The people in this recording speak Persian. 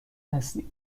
هستی